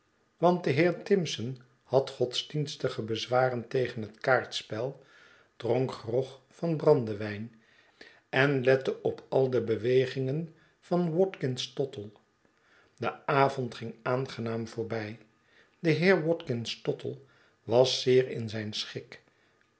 want de heer timson had godsdienstige bezwaren tegen het kaartspel dronk grog van brandewijn en lette op al de bewegingen van watkins tottle de avond ging aangenaam voorbij de heer watkins tottle was zeer in zijn schik